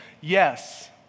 Yes